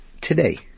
today